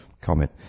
comment